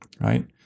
Right